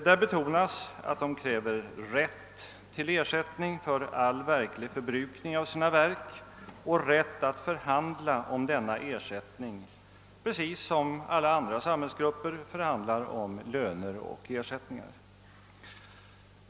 Där betonas att de kräver rätt till ersättning för all verklig förbrukning av sina verk och rätt att förhandla om denna ersättning precis som alla andra samhällsgrupper förhandlar om löner och ersättningar.